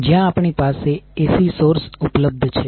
જ્યાં આપણી પાસે AC સોર્સ ઉપલબ્ધ છે